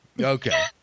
Okay